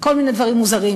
כל מיני דברים מוזרים,